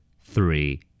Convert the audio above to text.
three